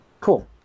Cool